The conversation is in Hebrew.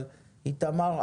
איתמר אמר,